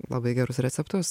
labai gerus receptus